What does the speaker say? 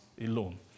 alone